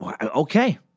Okay